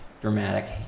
dramatic